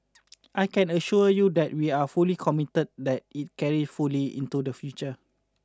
I can assure you that we are fully committed that it carry fully into the future